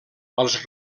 als